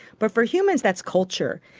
but for humans that's culture.